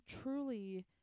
truly